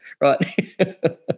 right